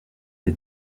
les